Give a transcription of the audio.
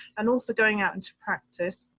and also going out into practice.